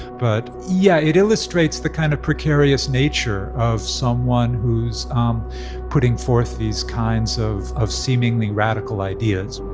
but yeah, it illustrates the kind of precarious nature of someone who's um putting forth these kinds of of seemingly radical ideas